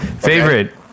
favorite